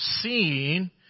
seen